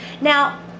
Now